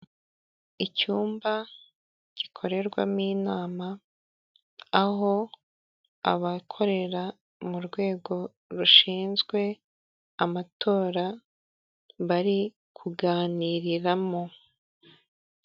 Icyumba gikorerwamo inama aho abakorera mu rwego rushinzwe amatora bari kuganiriramo.